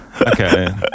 Okay